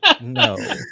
No